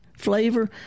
flavor